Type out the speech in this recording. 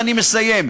ואני מסיים,